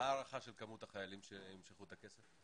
מה ההערכה של מספר החיילים שימשכו את הכסף?